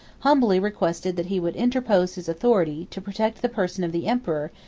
humbly requested that he would interpose his authority, to protect the person of the emperor,